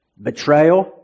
Betrayal